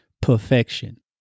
perfection